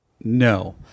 No